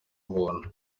ubuntu